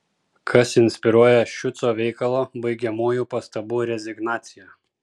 kas inspiruoja šiuco veikalo baigiamųjų pastabų rezignaciją